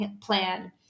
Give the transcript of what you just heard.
plan